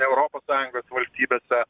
ne europos sąjungos valstybėse